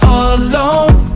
alone